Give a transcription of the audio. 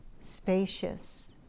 spacious